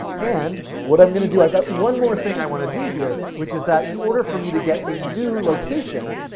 and what i'm going to do, i've got one more thing i want to do here, which is that in order for me to get a new location,